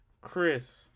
Chris